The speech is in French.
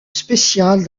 spécial